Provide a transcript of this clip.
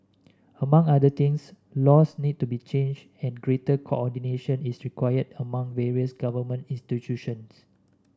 among other things laws need to be changed and greater coordination is required among various government institutions